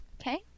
Okay